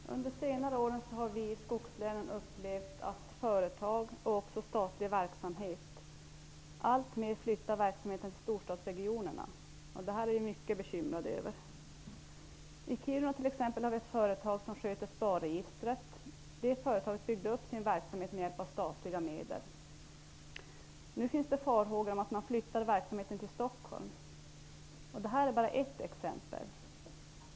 Fru talman! Jag vill ställa en fråga till samordningsminister Jan Nygren. Under senare år har vi i skogslänen upplevt att företag och också statlig verksamhet flyttar verksamheten till storstadsregionerna. Detta är vi mycket bekymrade över. I Kiruna har vi t.ex. ett företag som sköter SPAR-registret. Det företaget byggde upp sin verksamhet med hjälp av statliga medel. Nu finns det farhågor om att man tänker flytta verksamheten till Stockholm. Detta är bara ett exempel.